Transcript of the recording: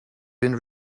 been